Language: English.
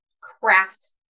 craft